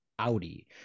Audi